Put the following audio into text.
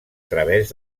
través